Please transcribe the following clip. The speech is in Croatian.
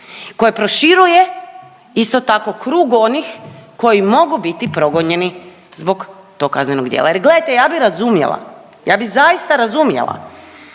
Koje proširuje isto tako krug onih koji mogu biti progonjeni zbog tog kaznenog djela jer gledajte ja bi razumjela, ja bi zaista razumjela